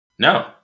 No